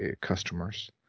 customers